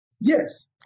Yes